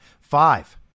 Five